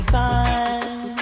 time